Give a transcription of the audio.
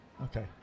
Okay